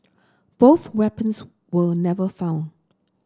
both weapons were never found